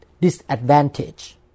disadvantage